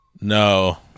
No